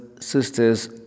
sisters